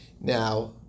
Now